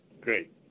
Great